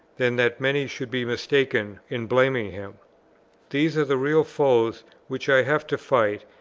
than that many should be mistaken in blaming him these are the real foes which i have to fight,